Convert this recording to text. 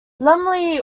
lumley